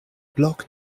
block